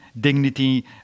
dignity